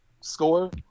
score